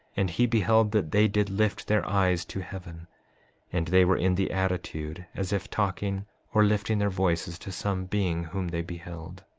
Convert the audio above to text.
and he beheld that they did lift their eyes to heaven and they were in the attitude as if talking or lifting their voices to some being whom they beheld.